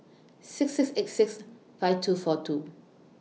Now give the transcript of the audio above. six six eight six five two four two